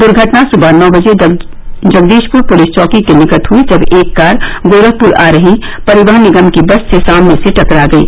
दुर्घटना सुबह नौ बजे जगदीशपुर पुलिस चौकी के निकट हुई जब एक कार गोरखपुर आ रही परिवहन निगम की बस से सामने से टकरा गयी